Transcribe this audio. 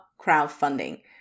crowdfunding